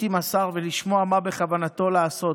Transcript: עם השר ולשמוע מה בכוונתו לעשות,